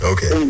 Okay